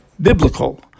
biblical